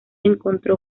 encontró